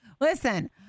listen